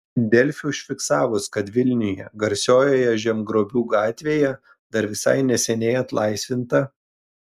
delfi užfiksavus kad vilniuje garsiojoje žemgrobių gatvėje dar visai neseniai atlaisvinta